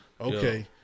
Okay